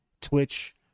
Twitch